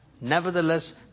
nevertheless